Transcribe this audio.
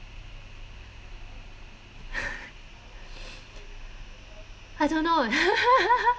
I don't